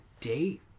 date